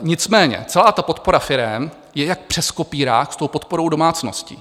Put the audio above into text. Nicméně celá ta podpora firem je jak přes kopírák s tou podporou domácností.